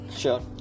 sure